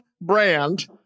brand